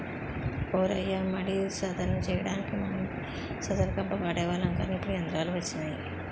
ఓ రయ్య మడి సదును చెయ్యడానికి మనం సదును కంప వాడేవాళ్ళం కానీ ఇప్పుడు యంత్రాలు వచ్చినాయి